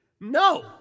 No